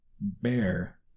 Bear